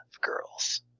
girls